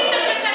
ומשפחתו?